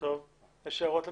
הערות?